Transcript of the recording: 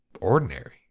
ordinary